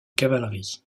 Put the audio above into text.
cavalerie